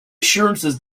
assurances